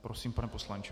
Prosím, pane poslanče.